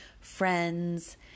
friends